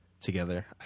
together